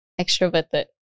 extroverted